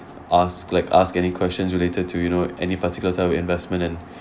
ask like ask any questions related to you know any particular type of investment and